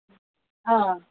अँ